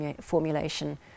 formulation